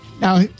Now